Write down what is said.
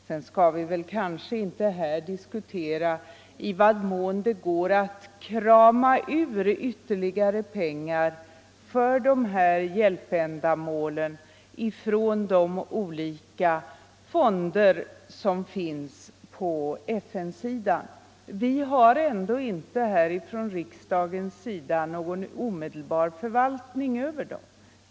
Sedan skall vi kanske inte diskutera i vad mån det går att krama ytterligare pengar för dessa hjälpändamål ur de olika fonder som finns på FN-sidan. Riksdagen har ändå inte någon omedelbar förvaltningsmakt över dessa fonder.